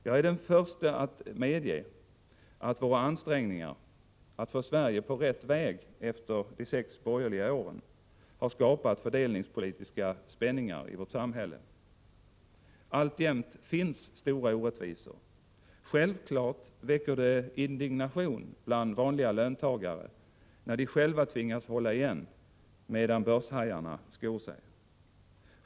Jag är den förste att medge att våra ansträngningar att få Sverige på rätt väg efter de sex borgerliga åren har skapat fördelningspolitiska spänningar i vårt samhälle. Alltjämt finns stora orättvisor. Självfallet väcker det indignation bland vanliga löntagare när de själva tvingas hålla igen medan börshajarna skor sig.